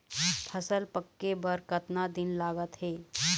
फसल पक्के बर कतना दिन लागत हे?